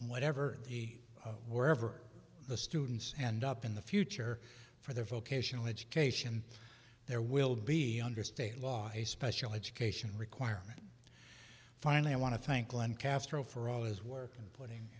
whatever the wherever the students and up in the future for their vocational education there will be under state law a special education requirement finally i want to thank len castro for all his work and